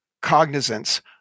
cognizance